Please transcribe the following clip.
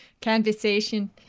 Conversation